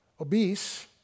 obese